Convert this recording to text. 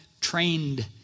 trained